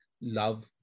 love